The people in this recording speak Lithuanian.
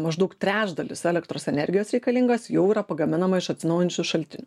maždaug trečdalis elektros energijos reikalingas jau yra pagaminama iš atsinaujinančių šaltinių